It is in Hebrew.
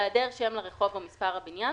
בהיעדר שם לרחוב או מספר הבניין,